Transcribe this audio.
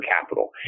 capital